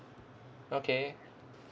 okay